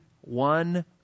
one